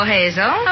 Hazel